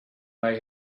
they